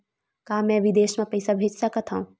का मैं विदेश म पईसा भेज सकत हव?